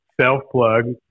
self-plug